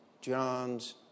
John's